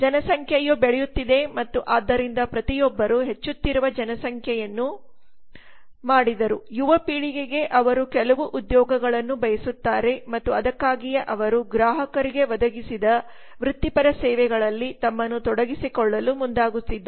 ಜನಸಂಖ್ಯೆಯು ಬೆಳೆಯುತ್ತಿದೆ ಮತ್ತು ಆದ್ದರಿಂದ ಪ್ರತಿಯೊಬ್ಬರೂ ಹೆಚ್ಚುತ್ತಿರುವ ಜನಸಂಖ್ಯೆಯನ್ನು ಮಾಡಿದರು ಯುವ ಪೀಳಿಗೆಗೆ ಅವರು ಕೆಲವು ಉದ್ಯೋಗಗಳನ್ನು ಬಯಸುತ್ತಾರೆ ಮತ್ತು ಅದಕ್ಕಾಗಿಯೇ ಅವರು ಗ್ರಾಹಕರಿಗೆ ಒದಗಿಸಿದ ವೃತ್ತಿಪರ ಸೇವೆಗಳಲ್ಲಿ ತಮ್ಮನ್ನು ತೊಡಗಿಸಿಕೊಳ್ಳಲು ಮುಂದಾಗುತ್ತಿದ್ದಾರೆ